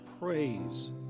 praise